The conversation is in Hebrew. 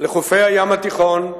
לחופי הים התיכון,